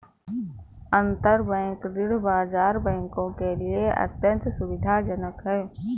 अंतरबैंक ऋण बाजार बैंकों के लिए अत्यंत सुविधाजनक है